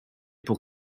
pour